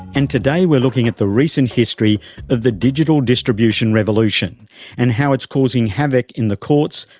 and today we're looking at the recent history of the digital distribution revolution and how it's causing havoc in the courts,